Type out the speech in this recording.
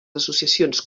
associacions